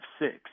six